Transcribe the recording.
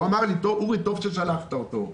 הוא אמר לי: אורי, טוב ששלחת אותו.